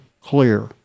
clear